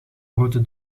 grote